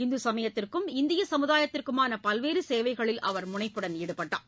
இந்து சமயத்திற்கும் இந்திய சமுதாயத்திற்குமான பல்வேறு சேவைகளில் அவர் முனைப்புடன் ஈடுபட்டார்